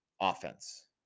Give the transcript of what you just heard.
offense